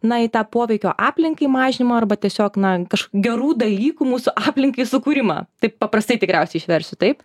na į tą poveikio aplinkai mažinimą arba tiesiog na kaž gerų dalykų mūsų aplinkai sukūrimą taip paprastai tikriausiai išversiu taip